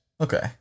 Okay